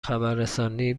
خبررسانی